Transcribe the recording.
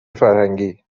فرهنگی